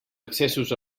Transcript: accessos